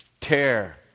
tear